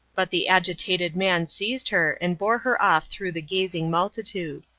but the agitated man seized her, and bore her off through the gazing multitude.